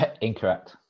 Incorrect